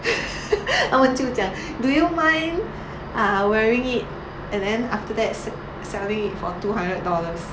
他们就讲 do you mind ah wearing it and then after that sell~ selling it for two hundred dollars